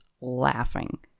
laughing